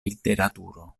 literaturo